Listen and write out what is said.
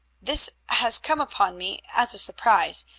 this has come upon me as a surprise.